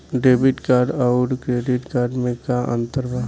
Debit card आउर credit card मे का अंतर बा?